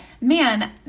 man